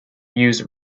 use